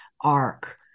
arc